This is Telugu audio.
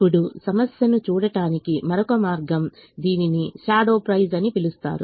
ఇప్పుడు సమస్యను చూడటానికి మరొక మార్గం దీనిని షాడో ప్రైస్ అని పిలుస్తారు